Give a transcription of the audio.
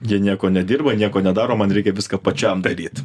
jie nieko nedirba nieko nedaro man reikia viską pačiam daryt